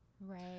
Right